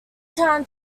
town